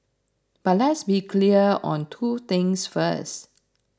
but let's be clear on two things first